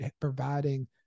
providing